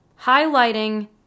highlighting